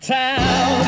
town